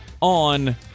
on